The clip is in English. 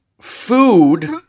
food